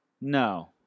no